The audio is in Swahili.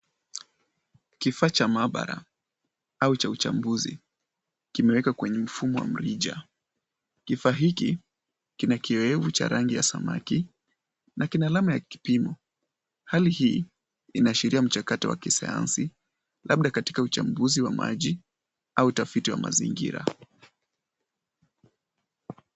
Kifaa cha maabara au cha uchambuzi, kimewekwa kwenye mfumo wa mrija. Kifaa hiki, kina kiowevu cha rangi ya samawati na kina alama ya kipimo. Hali hii inaashiria mchakato wa kisayansi labda kwenye uchambuzi wa maji au utafiti wa mazingira.